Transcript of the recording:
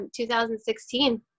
2016